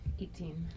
18